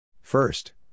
First